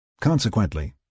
Consequently